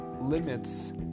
limits